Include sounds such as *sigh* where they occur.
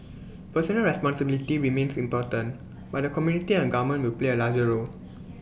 personal responsibility remains important but the community and government will play A larger role *noise*